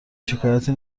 شکایتی